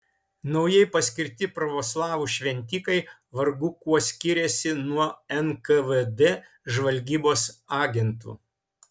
naujai paskirti pravoslavų šventikai vargu kuo skiriasi nuo nkvd žvalgybos agentų